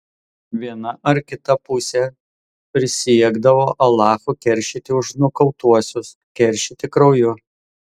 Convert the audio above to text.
viena ar kita pusė prisiekdavo alachu keršyti už nukautuosius keršyti krauju